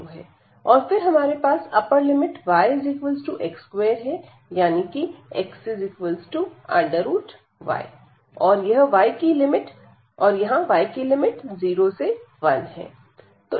और फिर हमारे पास अप्पर लिमिट y x2 है यानी कि x y है और यह y की लिमिट 0 से 1 है